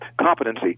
competency